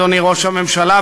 אדוני ראש הממשלה,